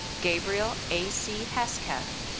gabriel a c. hesketh.